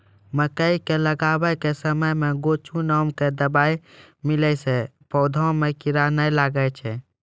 मकई के लगाबै के समय मे गोचु नाम के दवाई मिलैला से पौधा मे कीड़ा नैय लागै छै?